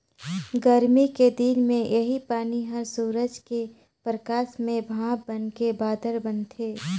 गरमी के दिन मे इहीं पानी हर सूरज के परकास में भाप बनके बादर बनथे